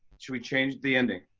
shall we change the ending?